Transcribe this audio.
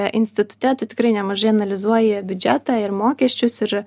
institute tu tikrai nemažai analizuoji biudžetą ir mokesčius ir